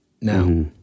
Now